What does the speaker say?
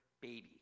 baby